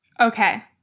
Okay